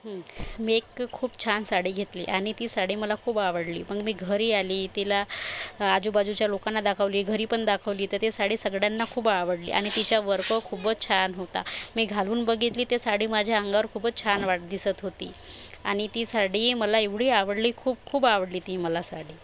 मी एक खूप छान साडी घेतली आणि ती साडी मला खूप आवडली पण मी घरी आली तिला आजूबाजूच्या लोकांना दाखवली घरी पण दाखवली तर ती साडी सगळ्यांना खूप आवडली आणि तिचा वर्क खूपच छान होता मी घालून बघितली ती साडी माझ्या अंगावर खूपच छान वाट दिसत होती आणि ती साडी मला एवढी आवडली खूप खूप आवडली ती मला साडी